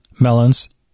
melons